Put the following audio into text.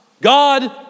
god